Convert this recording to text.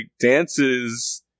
dances